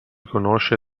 conosce